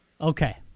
Okay